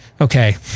Okay